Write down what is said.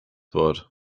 wort